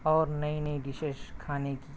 اور نئی نئی ڈشیز کھانے کی